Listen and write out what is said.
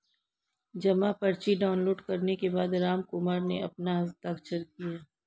जमा पर्ची डाउनलोड करने के बाद रामकुमार ने अपना हस्ताक्षर किया